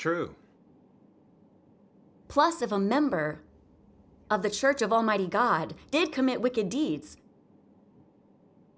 true plus if a member of the church of almighty god did commit wicked deeds